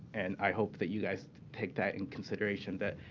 and i hope that you guys take that in consideration that